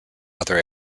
other